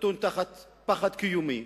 נתון בפחד קיומי,